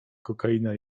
kokaina